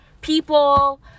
people